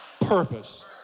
purpose